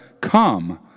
come